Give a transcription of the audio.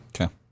Okay